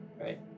Right